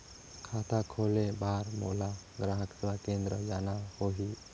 खाता खोले बार मोला ग्राहक सेवा केंद्र जाना होही?